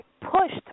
pushed